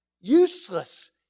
useless